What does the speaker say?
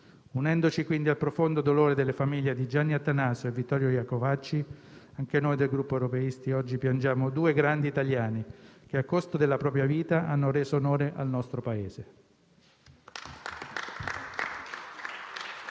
Unendoci quindi al profondo dolore delle famiglie di Luca Attanasio e Vittorio Iacovacci, anche noi del Gruppo europeisti oggi piangiamo due grandi italiani che, a costo della propria vita, hanno reso onore al nostro Paese.